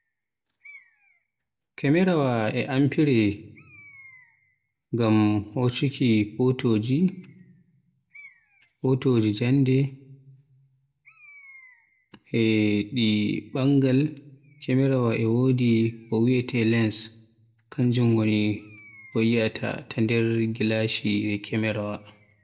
Kamerawa e amfire ngam hoccuki potoji, potoji jannde, ko di banngal. Kamerawa e wodi ko wiyeete lens kanjum woni ko yi'ata ta nder gilashire kamerawa.